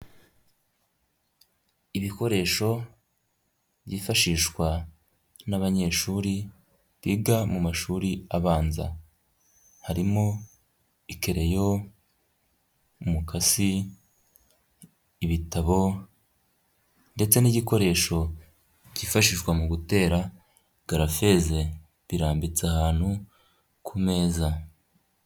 Ibikoresho byifashishwa n'abanyeshuri biga mu mashuri abanza, harimo ikereyo, umukasi, ibitabo ndetse n'igikoresho byifashishwa mu gutera garafeze birambitse ahantu ku meza.